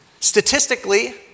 Statistically